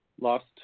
lost